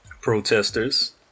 Protesters